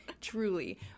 truly